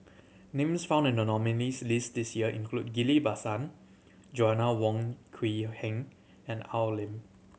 names found in the nominees' list this year include Ghillie Basan Joanna Wong Quee Heng and Al Lim